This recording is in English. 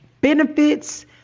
benefits